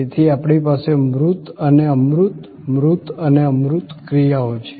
તેથી આપણી પાસે મૂર્ત અને અમૂર્ત મૂર્ત અને અમૂર્ત ક્રિયાઓ છે